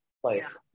place